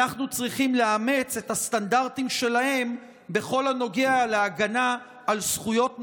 אנחנו צריכים לאמץ את הסטנדרטים שלהם בכל הנוגע להגנה על זכויות נשים,